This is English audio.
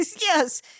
yes